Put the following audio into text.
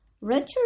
Richard